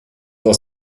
aus